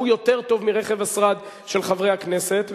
שהוא יותר טוב מרכב השרד של חברי הכנסת,